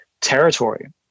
territory